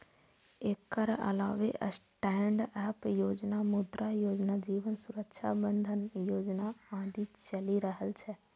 एकर अलावे स्टैंडअप योजना, मुद्रा योजना, जीवन सुरक्षा बंधन योजना आदि चलि रहल छै